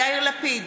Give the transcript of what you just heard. יאיר לפיד,